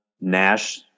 Nash